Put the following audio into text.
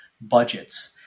budgets